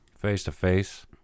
face-to-face